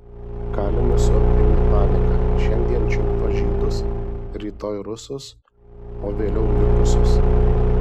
kalinius apėmė panika šiandien čiumpa žydus rytoj rusus o vėliau likusius